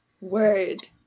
word